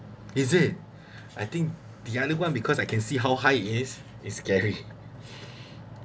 is it I think the other one because I can see how high is is scary